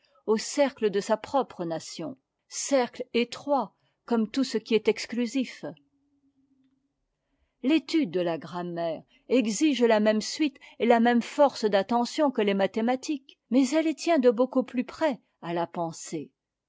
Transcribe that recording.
au cercle dë'sa propre nation cercle étroit r comme tout ce qui est exclusif l'étude de la grammaire exige la même suite et e la même force d'attention que les mathématiques e mais elle tien't de beaucoup plus près à la pensée